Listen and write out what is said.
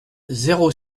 zéro